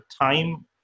time